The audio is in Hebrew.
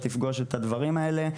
אתה תפגוש את הדברים האלה.